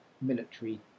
military